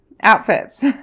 outfits